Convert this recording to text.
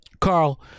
Carl